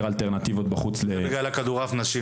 אלטרנטיבות בחוץ --- זה בגלל כדורעף נשים.